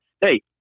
hey